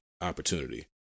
opportunity